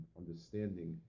understanding